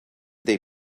they